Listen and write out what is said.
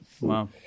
Wow